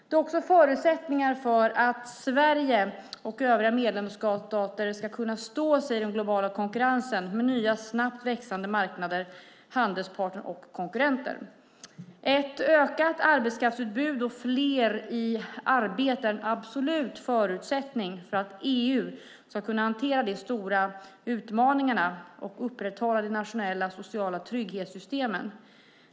Det är också förutsättningar för att Sverige och övriga medlemsstater ska kunna stå sig i den globala konkurrensen med nya snabbt växande marknader, handelspartner och konkurrenter. Ett ökat arbetskraftsutbud och fler i arbete är en absolut förutsättning för att EU ska kunna hantera de stora utmaningarna och upprätthålla de nationella sociala trygghetssystemen.